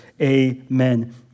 Amen